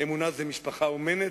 אמונה זו משפחה אומנת,